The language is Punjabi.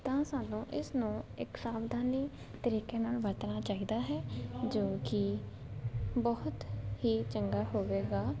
ਤਾਂ ਸਾਨੂੰ ਇਸ ਨੂੰ ਇੱਕ ਸਾਵਧਾਨੀ ਤਰੀਕੇ ਨਾਲ ਵਰਤਣਾ ਚਾਹੀਦਾ ਹੈ ਜੋ ਕਿ ਬਹੁਤ ਹੀ ਚੰਗਾ ਹੋਵੇਗਾ